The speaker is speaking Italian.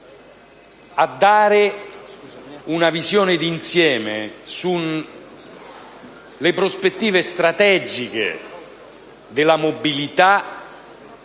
a dare una visione di insieme sulle prospettive strategiche della mobilità